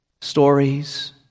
stories